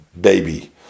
baby